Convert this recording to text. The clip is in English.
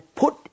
put